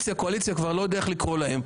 האופוזיציה-קואליציה לא יודע כבר איך לקרוא להם,